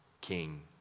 King